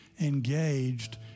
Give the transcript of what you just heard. engaged